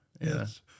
Yes